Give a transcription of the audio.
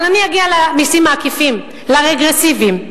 אבל אני אגיע למסים העקיפים, לרגרסיביים.